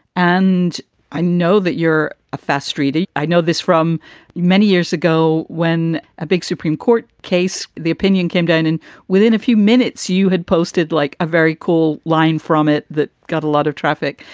and i know that you're a fast reading. i know this from many years ago when a big supreme court case, the opinion came down. and within a few minutes you had posted like a very cool line from it that got a lot of traffic.